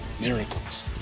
Miracles